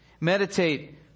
Meditate